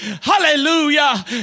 hallelujah